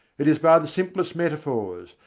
it is by the simplest metaphors,